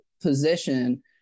position